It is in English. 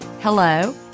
hello